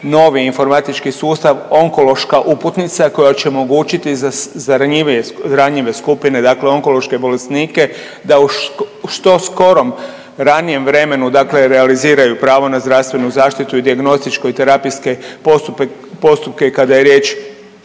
novi informatički sustav onkološka uputnica koja će omogućiti za ranjivije, za ranjive skupine, dakle onkološke bolesnike da u što skorom ranijem vremenu realiziraju pravo na zdravstvenu zaštitu i dijagnostičko i terapijske postupke kada je riječ